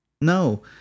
No